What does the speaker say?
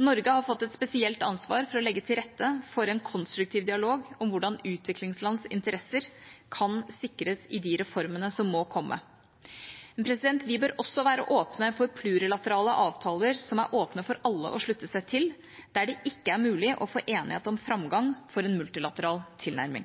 Norge har fått et spesielt ansvar for å legge til rette for en konstruktiv dialog om hvordan utviklingslands interesser kan sikres i de reformene som må komme. Men vi bør også være åpne for plurilaterale avtaler som er åpne for alle å slutte seg til, der det ikke er mulig å få enighet om framgang for en multilateral tilnærming.